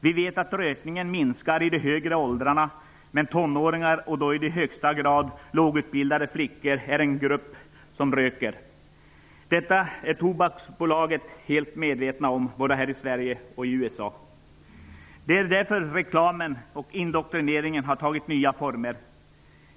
Vi vet att rökningen minskar i de högre åldrarna, men tonåringar, och då i högsta grad lågutbildade flickor, är en grupp som röker. Detta är tobaksbolagen både här i Sverige och i USA helt medvetna om. Det är därför reklamen och indoktrineringen har tagit nya former.